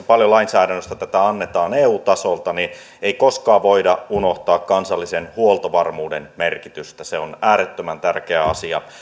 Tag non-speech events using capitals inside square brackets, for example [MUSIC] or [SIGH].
[UNINTELLIGIBLE] paljon tästä lainsäädännöstä annetaan eu tasolta ei koskaan voida unohtaa kansallisen huoltovarmuuden merkitystä se on äärettömän tärkeä asia